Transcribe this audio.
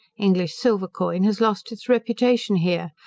english silver coin has lost its reputation here,